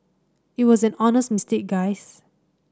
it was an honest mistake guys